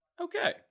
okay